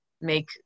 make